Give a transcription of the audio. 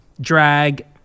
drag